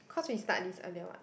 cause we start this earlier [what]